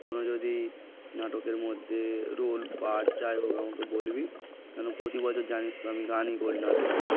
কোনো যদি নাটকের মধ্যে রোল পার্ট যাই হোক আমাকে বলবি কেন প্রতি বছর জানিস তো আমি গানই করি নাটকে